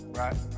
right